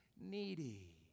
needy